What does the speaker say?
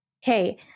hey